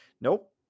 Nope